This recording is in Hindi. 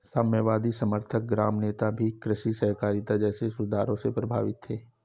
साम्यवादी समर्थक ग्राम नेता भी कृषि सहकारिता जैसे सुधारों से प्रभावित थे